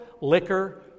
liquor